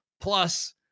Plus